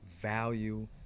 value